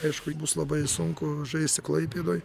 aišku bus labai sunku žaisti klaipėdoj